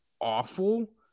awful